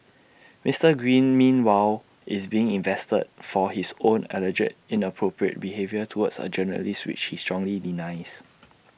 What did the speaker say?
Mister green meanwhile is being investigated for his own alleged inappropriate behaviour towards A journalist which he strongly denies